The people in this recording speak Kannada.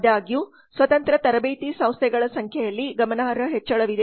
ಆದಾಗ್ಯೂ ಸ್ವತಂತ್ರ ತರಬೇತಿ ಸಂಸ್ಥೆಗಳ ಸಂಖ್ಯೆಯಲ್ಲಿ ಗಮನಾರ್ಹ ಹೆಚ್ಚಳವಿದೆ